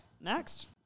Next